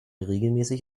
regelmäßig